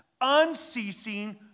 unceasing